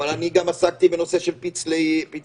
אבל גם עסקתי בנושא של פצלי השמן,